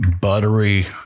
buttery